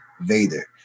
Vader